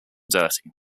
dirty